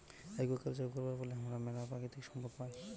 aquaculture করবার ফলে হামরা ম্যালা প্রাকৃতিক সম্পদ পাই